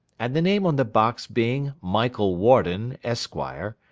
and the name on the box being michael warden, esquire,